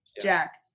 Jack